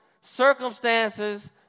circumstances